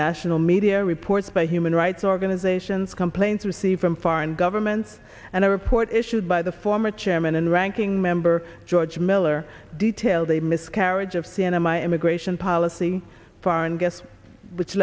national media reports by human rights organizations complaints received from foreign governments and a report issued by the former chairman and ranking member george miller detailed a miscarriage of c n n my immigration policy foreign guest which